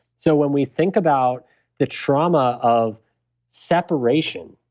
so when we think about the trauma of separation,